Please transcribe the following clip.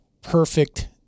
perfect